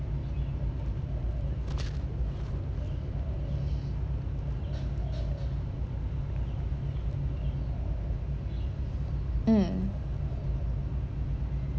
mm